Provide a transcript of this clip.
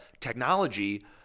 technology